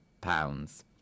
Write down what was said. pounds